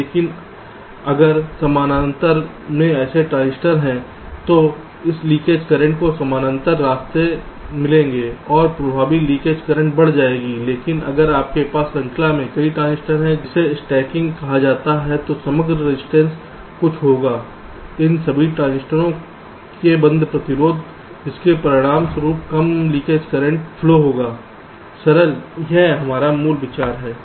लेकिन अगर समानांतर में ऐसे ट्रांजिस्टर हैं तो इस लीकेज करंट को समानांतर रास्ते मिलेंगे और प्रभावी लीकेज करंट बढ़ जाएगी लेकिन अगर आपके पास श्रृंखला में कई ट्रांजिस्टर हैं जिसे स्टैकिंग कहा जाता है तो समग्र रजिस्टेंस कुछ होगा इन सभी ट्रांजिस्टर के बंद प्रतिरोध जिसके परिणामस्वरूप कम लीकेज करंट फ्लो होगा सरल यह मूल विचार है